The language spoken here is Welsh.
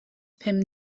pum